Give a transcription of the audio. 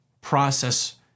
process